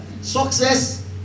success